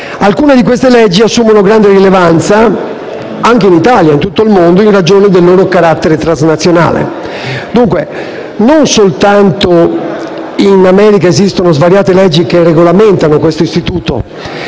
alcune di queste leggi assumono grande rilevanza anche in Italia e in tutto il mondo, in ragione del loro carattere transnazionale. Non solo in America esistono svariate leggi che regolamentano questo istituto.